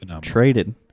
traded